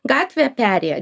gatvė perėja